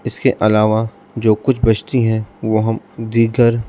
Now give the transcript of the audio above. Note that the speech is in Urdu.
اس کے علاوہ جو کچھ بچتی ہیں وہ ہم دیگر